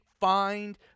find